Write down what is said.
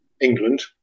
England